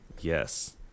yes